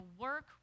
work